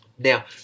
Now